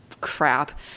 crap